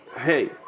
Hey